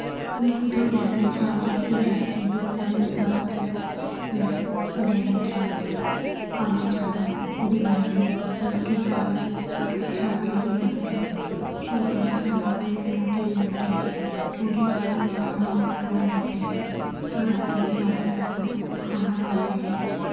اُن کو دوپہر میں چاول ہی چاہیے دوپہر میں زیادہ تر میں بیگن چاول آلو چاول بریانی لوکی چاول مطلب چاول ہی بناتی ہوں اور زیادہ تر رات میں روٹی ہی بنتی ہے کیونکہ رات میں چاول نقصان دیتے ہیں تو رات میں زیادہ تر ہم کھانا کھاتے ہیں